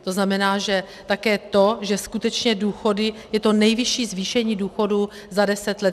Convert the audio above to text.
To znamená, že také to, že skutečně důchody, je to nejvyšší zvýšení důchodů za deset let.